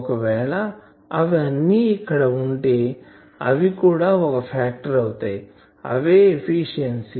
ఒకవేళ అవి అన్నీ ఇక్కడ ఉంటే అవి కూడా ఒక ఫాక్టర్ అవుతాయిఅవే ఎఫిషియన్సి